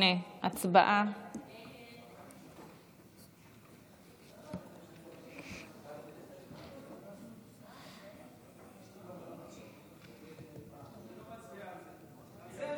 58. הצבעה.